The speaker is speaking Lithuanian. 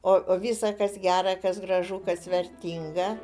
o visa kas gera kas gražu kas vertinga